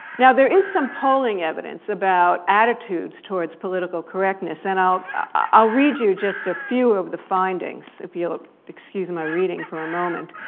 now there is some polling evidence about attitudes towards political correctness, and i'll read you just a few of the findings, if you'll excuse my reading for a moment.